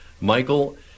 Michael